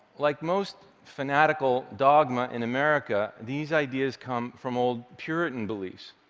like most fanatical dogma in america, these ideas come from old puritan beliefs.